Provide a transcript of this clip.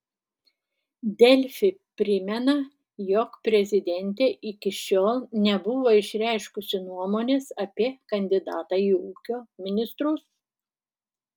delfi primena jog prezidentė iki šiol nebuvo išreiškusi nuomonės apie kandidatą į ūkio ministrus